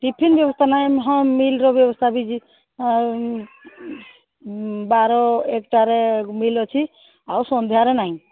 tiffin ବ୍ୟବସ୍ଥା ନାହିଁ ହଁ ମିଲର ବ୍ୟବସ୍ଥା ବି ବାର ଏକଟାରେ ମିଲ୍ ଅଛି ଆଉ ସନ୍ଧ୍ୟାରେ ନହିଁ